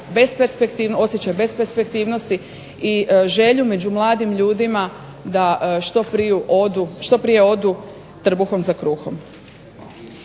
osjećaj besperspektivnosti i želju među mladim ljudima da što prije odu trbuhom za kruhom.